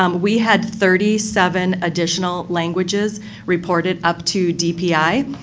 um we had thirty seven additional languages reported up to dpi.